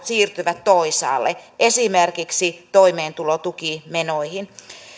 siirtyvät toisaalle esimerkiksi toimeentulotukimenoihin